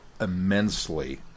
immensely